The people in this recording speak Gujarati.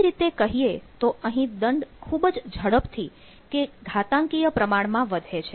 બીજી રીતે કહીએ તો અહીં દંડ ખૂબ જ ઝડપથી કે ઘાતાંકીય પ્રમાણમાં વધે છે